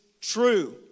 true